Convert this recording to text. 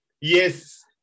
Yes